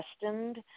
destined